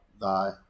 thy